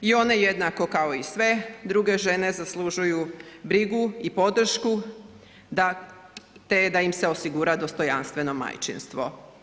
I one jednako kao i sve druge žene zaslužuju brigu i podršku te da im se osigura dostojanstveno majčinstvo.